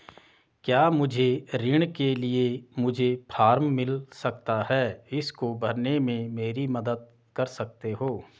क्या मुझे ऋण के लिए मुझे फार्म मिल सकता है इसको भरने में मेरी मदद कर सकते हो?